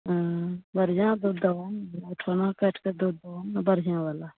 आँइ बढ़ियाँ दूध देबहऽ ने उठौना काटिके दूध देबहऽ ने बढ़ियाँवला